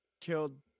killed